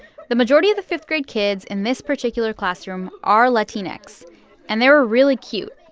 the majority of the fifth-grade kids in this particular classroom are latinx, and they were really cute,